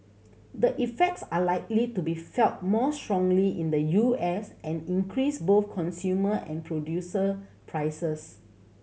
the effects are likely to be felt more strongly in the U S and increase both consumer and producer prices